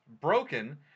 broken